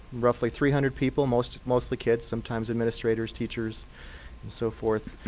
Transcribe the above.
roughly three hundred people, mostly mostly kids, sometimes administrators, teachers, and so forth.